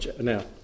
now